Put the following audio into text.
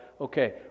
Okay